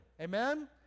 Amen